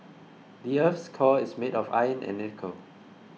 the earth's core is made of iron and nickel